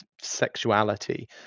sexuality